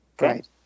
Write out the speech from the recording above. Right